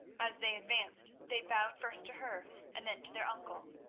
as they advanced they bowed first to her and then to their uncle,